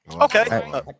Okay